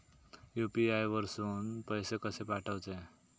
UPI वरसून पैसे कसे पाठवचे?